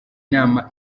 nama